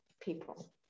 people